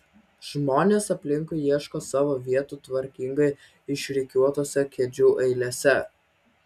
žmonės aplinkui ieško savo vietų tvarkingai išrikiuotose kėdžių eilėse